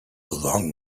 along